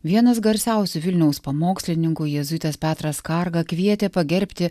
vienas garsiausių vilniaus pamokslininkų jėzuitas petras skarga kvietė pagerbti